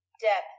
death